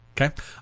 Okay